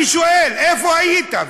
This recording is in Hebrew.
אני שואל: איפה היית?